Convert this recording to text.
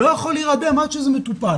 הוא לא יכול להירדם עד שזה מטופל,